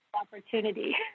opportunity